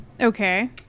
Okay